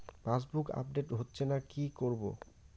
Passbook update হচ্ছেনা কি করবো?